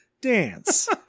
dance